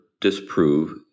disprove